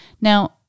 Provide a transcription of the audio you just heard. Now